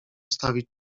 stawić